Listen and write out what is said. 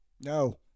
No